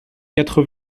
quatre